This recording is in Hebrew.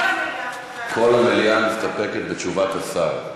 כל המליאה, כל המליאה מסתפקת בתשובת השר.